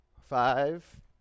Five